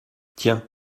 tiens